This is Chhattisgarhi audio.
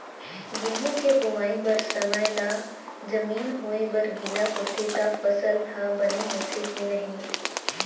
गेहूँ के बोआई बर समय ला जमीन होये बर गिला होथे त फसल ह बने होथे की नही?